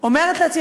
אומרת לעצמי,